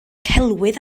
celwydd